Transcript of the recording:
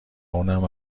اونم